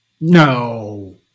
no